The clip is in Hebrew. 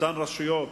אותן רשויות,